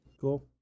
cool